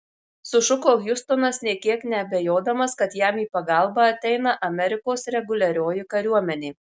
sušuko hiustonas nė kiek neabejodamas kad jam į pagalbą ateina amerikos reguliarioji kariuomenė